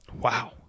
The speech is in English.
Wow